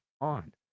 on